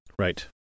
right